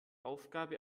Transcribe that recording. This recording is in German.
aufgabe